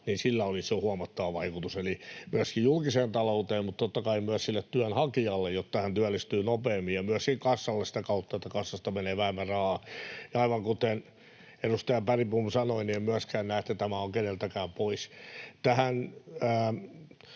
olisi jo huomattava vaikutus julkiseen talouteen mutta totta kai myös sille työnhakijalle, jotta hän työllistyy nopeammin, ja myöskin kassalle sitä kautta, että kassasta menee vähemmän rahaa. Ja aivan kuten edustaja Bergbom sanoi, niin en myöskään näe, että tämä on keneltäkään pois. Tähän